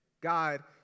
God